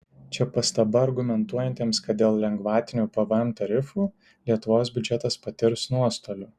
čia pastaba argumentuojantiems kad dėl lengvatinių pvm tarifų lietuvos biudžetas patirs nuostolių